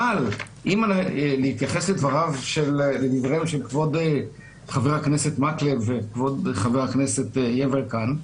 אבל אם נתייחס לדבריהם של כבוד חבר הכנסת מקלב וכבוד חבר הכנסת יברקן,